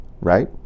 right